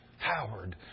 Howard